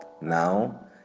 Now